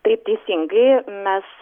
taip teisingai mes